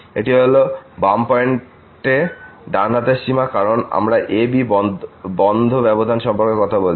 একটি হল বাম পয়েন্টে ডান হাতের সীমা কারণ আমরা a b বন্ধ ব্যবধান সম্পর্কে কথা বলছি